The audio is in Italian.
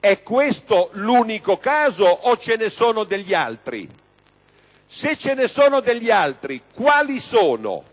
È questo l'unico caso o ce ne sono degli altri? Se ce ne sono degli altri, quali sono?